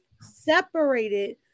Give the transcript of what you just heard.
separated